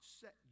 set